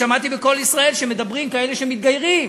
שמעתי ב"קול ישראל" שמדברים כאלה שמתגיירים,